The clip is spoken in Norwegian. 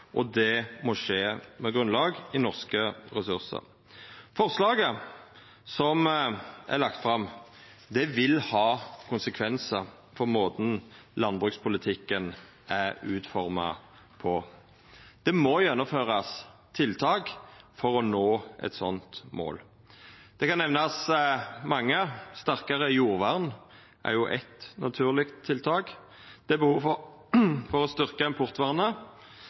og det må skje med grunnlag i norske ressursar. Forslaget som er lagt fram, vil ha konsekvensar for måten ein utformar landbrukspolitikken på. Det må gjennomførast tiltak for å nå eit slikt mål. Eg kan nemna mange. Sterkare jordvern er eitt naturleg tiltak. Det er behov for å